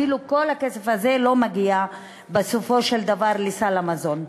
אפילו כל הכסף הזה לא מגיע בסופו של דבר לסל המזון.